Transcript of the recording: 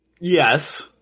Yes